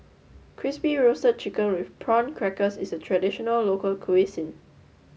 Crispy Roasted Chicken with Prawn Crackers is a traditional local cuisine